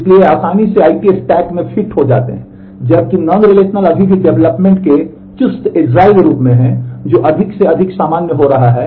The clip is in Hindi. इसलिए वे आसानी से आईटी स्टैक में फिट हो जाते हैं जबकि नॉन रिलेशनल और इतने पर फिट बैठता है